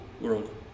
world